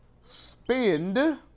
spend